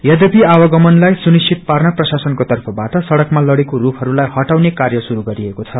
यद्यपि आवागमनलाईसुनिश्वित पार्न प्रशाससनको तर्फबाट सड़कमा लड़को रूखहरूलाई हटाउने कार्य शुरू गरिएको छ